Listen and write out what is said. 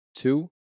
Two